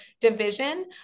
division